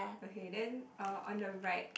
okay then uh on the right